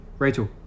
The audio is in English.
Rachel